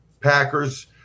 Packers